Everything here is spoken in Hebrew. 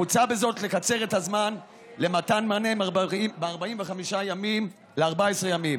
מוצע בזאת לקצר את הזמן למתן מענה מ-45 ימים ל-14 ימים.